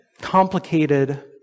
complicated